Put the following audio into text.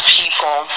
people